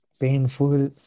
painful